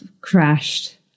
crashed